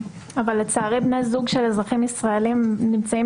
לצערי בני זוג של אזרחים ישראלים נמצאים